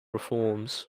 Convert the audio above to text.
reforms